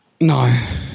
No